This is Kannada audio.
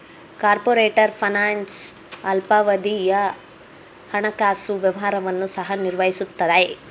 ಕಾರ್ಪೊರೇಟರ್ ಫೈನಾನ್ಸ್ ಅಲ್ಪಾವಧಿಯ ಹಣಕಾಸು ವ್ಯವಹಾರವನ್ನು ಸಹ ನಿರ್ವಹಿಸುತ್ತದೆ